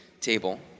table